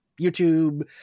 YouTube